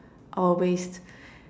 our waste